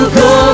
go